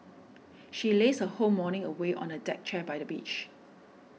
she lazed her whole morning away on a deck chair by the beach